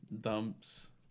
dumps